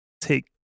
take